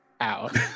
out